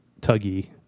tuggy